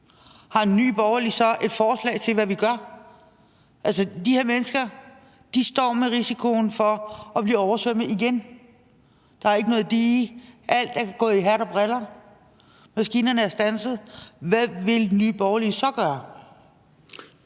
Har Nye Borgerlige så et forslag til, hvad vi gør? De her mennesker står med risikoen for at blive oversvømmet igen, der er ikke noget dige, alt er gået op i hat og briller, maskinerne er standset; hvad vil Nye Borgerlige så gøre?